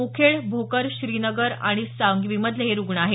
मुखेड भोकर श्रीनगर आणि सांगवीमधले हे रूग्ण आहेत